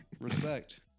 Respect